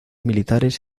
militares